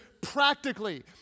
practically